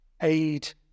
aid